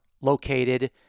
located